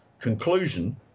conclusion